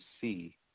see